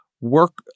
work